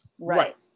Right